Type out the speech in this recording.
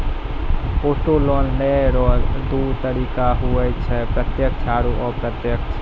auto loan लेय रो दू तरीका हुवै छै प्रत्यक्ष आरू अप्रत्यक्ष